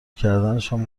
کردنشان